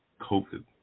COVID